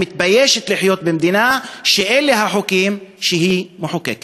אני מתביישת לחיות במדינה שאלה החוקים שהיא מחוקקת.